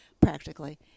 practically